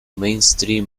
mainstream